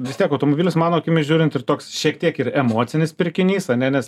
vis tiek automobilis mano akimis žiūrint ir toks šiek tiek ir emocinis pirkinys ane nes